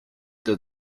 der